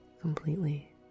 completely